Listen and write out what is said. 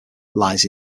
lies